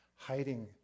hiding